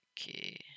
Okay